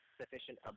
sufficient